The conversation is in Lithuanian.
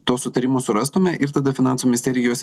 to sutarimo surastume ir tada finansų misterija juos